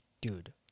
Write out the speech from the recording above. Dude